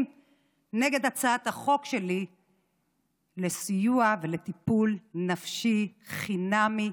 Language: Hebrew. נגד הצעת החוק שלי לסיוע ולטיפול נפשי חינמי,